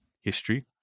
history